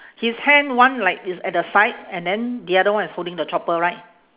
his hand one like is at the side and then the other one is holding the chopper right